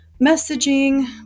messaging